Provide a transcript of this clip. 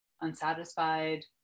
unsatisfied